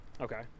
Okay